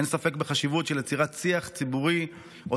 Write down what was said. אין ספק בחשיבות של יצירת שיח ציבורי על